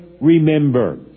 remember